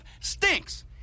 stinks